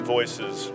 Voices